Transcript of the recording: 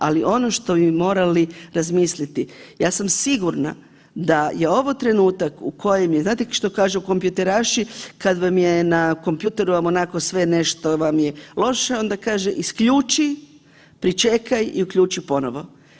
Ali ono što bi morali razmisliti, ja sam sigurna da je ovo trenutak u kojem je, znate što kažu kompjuteraši kad vam je na kompjuteru vam onako sve nešto vam je loše, isključi, pričekaj i uključi ponovo.